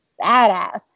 badass